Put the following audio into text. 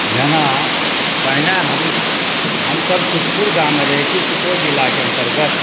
जेना पहिने हम हमसब सुखपुर गाँव मे रहै छी सुपौल जिला के अन्तर्गत